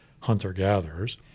hunter-gatherers